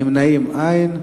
נמנעים, אין.